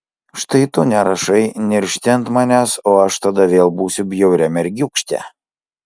štai tu nerašai niršti ant manęs o aš tada vėl būsiu bjauria mergiūkšte